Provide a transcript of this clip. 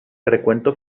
recuento